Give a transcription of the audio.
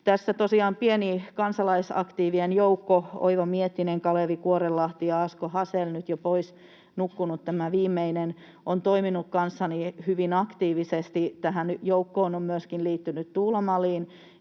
tosiaan pieni kansalaisaktiivien joukko — Oiva Miettinen, Kalevi Kuorelahti ja Asko Hasel, nyt jo pois nukkunut tämä viimeinen — on toiminut kanssani hyvin aktiivisesti. Tähän joukkoon on myöskin liittynyt Tuula Malin,